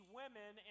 women